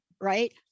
right